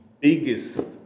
biggest